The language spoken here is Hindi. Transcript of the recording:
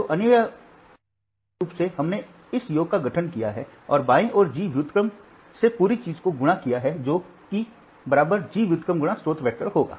तो अनिवार्य रूप से हमने इस योग का गठन किया है और बाईं ओर G व्युत्क्रम से पूरी चीज को गुणा किया है जो कि G व्युत्क्रम × स्रोत वेक्टर होगा